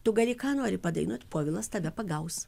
tu gali ką nori padainuot povilas tave pagaus